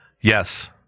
Yes